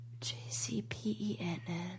J-C-P-E-N-N